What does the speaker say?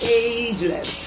ageless